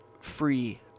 free